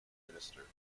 minister